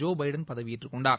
Joe Biden பதவியேற்றுக் கொண்டார்